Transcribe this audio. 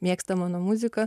mėgsta mano muziką